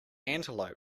antelope